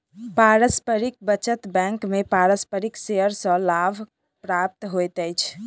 पारस्परिक बचत बैंक में पारस्परिक शेयर सॅ लाभ प्राप्त होइत अछि